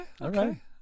Okay